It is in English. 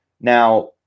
Now